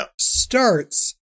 starts